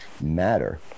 matter